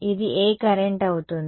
ఇది ఏ కరెంట్ అవుతుంది